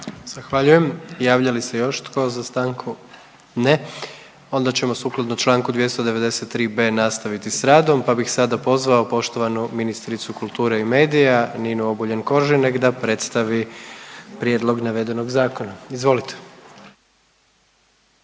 Zahvaljujem. Javlja li se još tko za stanku? Ne, onda ćemo sukladno Članku 293b. nastaviti s radom, pa bih sada pozvao poštovanu ministricu kulture i medija Ninu Obuljen Koržinek da predstavi prijedlog navedenog zakona. Izvolite.